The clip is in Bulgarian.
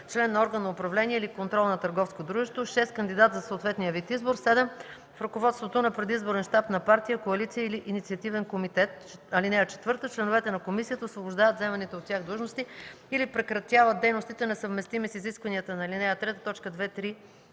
член на орган на управление или контрол на търговско дружество; 6. кандидат за съответен вид избор; 7. в ръководството на предизборен щаб на партия, коалиция или инициативен комитет. (4) Членовете на комисията освобождават заеманите от тях длъжности или прекратяват дейностите, несъвместими с изискванията на ал. 3, т.